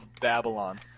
Babylon